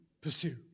Pursue